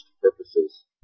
purposes